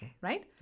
Right